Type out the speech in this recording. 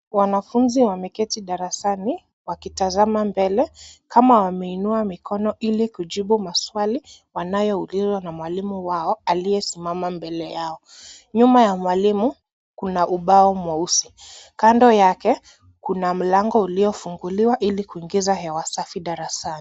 Wanafunzi wameketi darasani wakitazama mbele kama wameinua mikono ili kujibu maswali wanayoulizwa na mwalimu wao aliyesimama mbele yao. Nyuma ya mwalimu kuna ubao mweusi. Kando yake kuna mlango uliofunguliwa ili kuingiza hewa safi darasani.